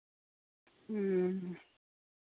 ᱦᱮᱸ